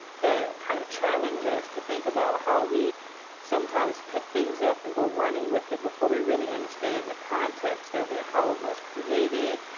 that kinda challenge us to think about how we sometimes pick things up and go running with it before we really understand the context of it. how it was created,